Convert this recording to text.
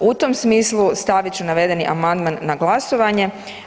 U tom smislu stavit ću navedeni amandman na glasovanje.